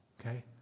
okay